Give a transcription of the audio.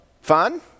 fun